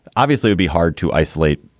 obviously would be hard to isolate?